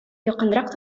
якынрак